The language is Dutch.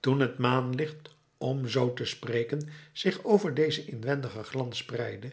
toen het maanlicht om zoo te spreken zich over dezen inwendigen glans spreidde